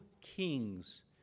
kings